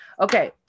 Okay